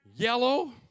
Yellow